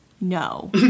no